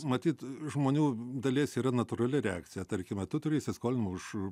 matyt žmonių dalies yra natūrali reakcija tarkime tu turi įsiskolinimų už